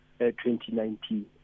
2019